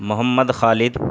محمد خالد